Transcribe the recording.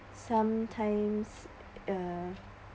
sometimes uh